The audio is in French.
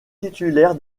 titulaire